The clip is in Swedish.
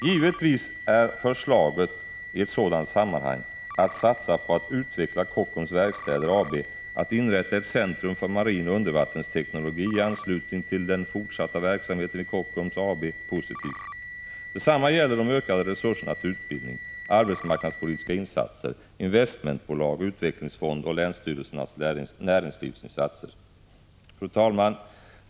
Givetvis är förslaget, att i ett sådant sammanhang satsa på att utveckla Kockums Verkstäder AB, att inrätta ett centrum för marinoch undervattensteknologi i anslutning till den fortsatta verksamheten vid Kockums AB positivt. Detsamma gäller de ökade resurserna till utbildning, arbetsmarknadspolitiska insatser, investmentbolag, utvecklingsfond och länsstyrelsernas näringslivsinsatser. Fru talman!